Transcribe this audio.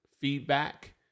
feedback